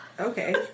Okay